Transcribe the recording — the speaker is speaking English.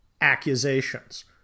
accusations